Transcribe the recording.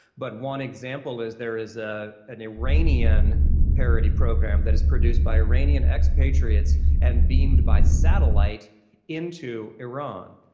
but one example is there is ah an iranian parody program that is produced by iranian ex-patriots and beamed by satellite into iran.